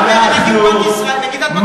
תקשיב למה שאומרת נגידת בנק ישראל,